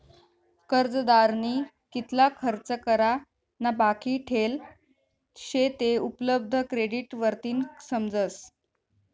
कर्जदारनी कितला खर्च करा ना बाकी ठेल शे ते उपलब्ध क्रेडिट वरतीन समजस